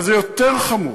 אבל זה יותר חמור.